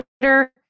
Twitter